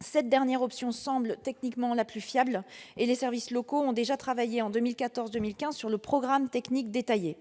Cette dernière option semble techniquement la plus fiable et les services locaux ont déjà travaillé en 2014 et 2015 sur le programme technique détaillé.